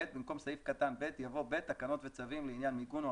במקום סעיף קטן (ב) יבוא: "(ב) תקנות וצווים לעניין מיגון